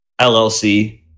LLC